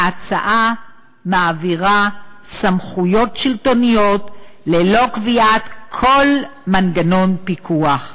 ההצעה מעבירה סמכויות שלטוניות ללא קביעת כל מנגנון פיקוח.